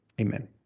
Amen